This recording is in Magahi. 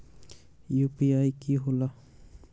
यू.पी.आई कि होला?